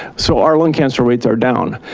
so our lung cancer rates are down.